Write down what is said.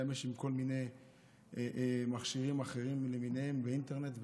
להשתמש בכל מיני מכשירים אחרים, באינטרנט והכול.